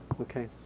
okay